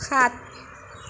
সাত